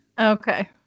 Okay